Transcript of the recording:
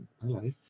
Hello